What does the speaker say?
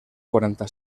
quaranta